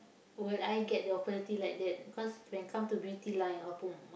would I get the opportunity like that because when come to beauty line or prom~